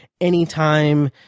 anytime